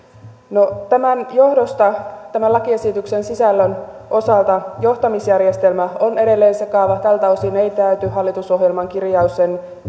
no tämän johdosta tämän lakiesityksen sisällön osalta johtamisjärjestelmä on edelleen sekava tältä osin ei täyty hallitusohjelman kirjaus sen